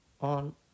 on